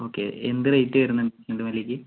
ഒക്കെ എന്ത് റേറ്റ് വരുന്നത് ചെണ്ടുമല്ലിക്ക്